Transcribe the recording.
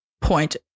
point